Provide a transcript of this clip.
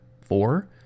four